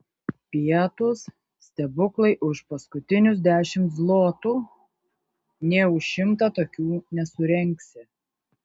pietūs stebuklai už paskutinius dešimt zlotų nė už šimtą tokių nesurengsi